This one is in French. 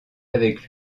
avec